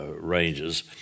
ranges